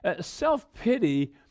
Self-pity